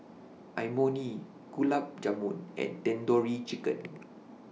Imoni Gulab Jamun and Tandoori Chicken